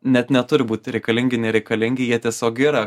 net neturi būti reikalingi nereikalingi jie tiesiog yra